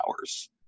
hours